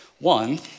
One